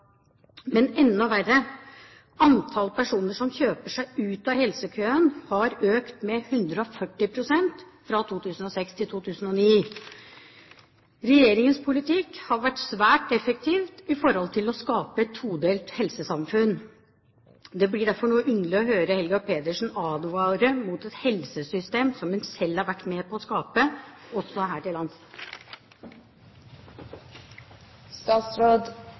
Men enda verre: Antall personer som kjøper seg ut av helsekøen, har økt med 140 pst. fra 2006 til 2009. Regjeringens politikk har vært svært effektiv i forhold til å skape et todelt helsesamfunn. Det blir derfor noe underlig å høre Helga Pedersen advare mot et helsesystem som hun selv har vært med på å skape, også her til